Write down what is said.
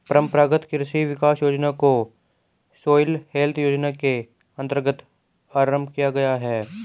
परंपरागत कृषि विकास योजना को सॉइल हेल्थ योजना के अंतर्गत आरंभ किया गया है